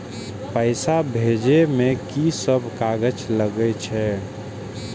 पैसा भेजे में की सब कागज लगे छै?